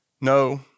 No